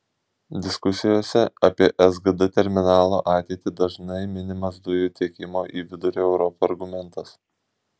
diskusijose apie sgd terminalo ateitį dažnai minimas dujų tiekimo į vidurio europą argumentas